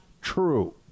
true